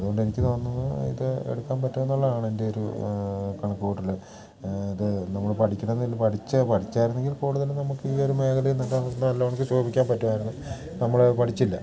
അതുകൊണ്ട് എനിക്ക് തോന്നുന്നത് ഇത് എടുക്കാൻ പറ്റും എന്നുള്ളതാണ് എൻ്റെ ഒരു കണക്കുകൂട്ടൽ ഇത് നമ്മൾ പഠിക്കണം എന്നില്ല പഠിച്ചായിരുന്നെങ്കിൽ കൂടുതലും നമുക്ക് ഈയൊരു മേഖലയിൽ നിന്നിട്ട് നമുക്ക് നല്ലകണക്ക് ശോഭിക്കാൻ പറ്റുമായിരുന്നു നമ്മളത് പഠിച്ചില്ല